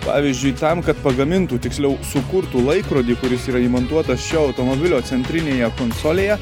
pavyzdžiui tam kad pagamintų tiksliau sukurtų laikrodį kuris yra įmontuotas šio automobilio centrinėje konsolėje